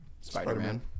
Spider-Man